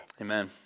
Amen